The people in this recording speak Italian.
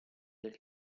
del